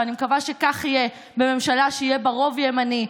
ואני מקווה שכך יהיה בממשלה שיהיה בה רוב ימני,